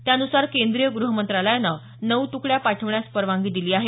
त्यान्सार केंद्रीय गृह मंत्रालयानं नऊ तुकड्या पाठवण्यास परवानगी दिली आहे